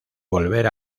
volver